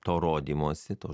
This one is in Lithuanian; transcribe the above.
to rodymosi to